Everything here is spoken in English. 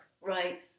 right